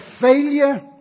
failure